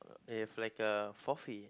they have like uh forfeit